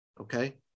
okay